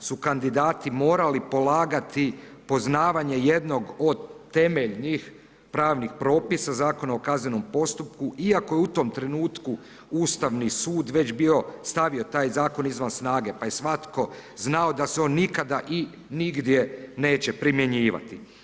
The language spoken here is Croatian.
su kandidati morali polagati poznavanje jednog od temeljnih pravnih propisa, Zakona o kaznenom postupku iako je u tom trenutku Ustavni sud već bio, stavio taj zakon izvan snage pa je svatko znao da se on nikada i nigdje neće primjenjivati.